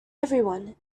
everyone